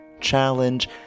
challenge